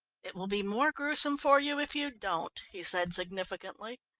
it will be more gruesome for you if you don't, he said significantly.